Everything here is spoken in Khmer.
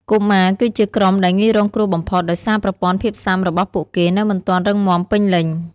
កុមារគឺជាក្រុមដែលងាយរងគ្រោះបំផុត ដោយសារប្រព័ន្ធភាពស៊ាំរបស់ពួកគេនៅមិនទាន់រឹងមាំពេញលេញ។